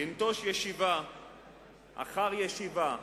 לנטוש ישיבה אחר ישיבה,